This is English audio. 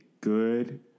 good